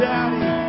Daddy